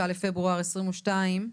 היום ה-23 בפברואר 2022,